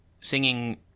singing